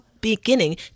beginning